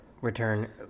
Return